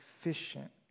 efficient